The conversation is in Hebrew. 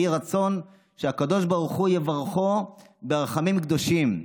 יהי רצון שהקדוש ברוך הוא יברכו ברחמים קדושים.